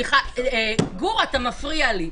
גור, אתה מפריע לי.